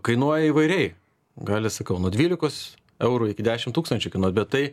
kainuoja įvairiai gali sakau nuo dvylikos eurų iki dešim tūkstančių kainuot bet tai